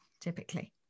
typically